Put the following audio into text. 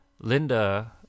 Linda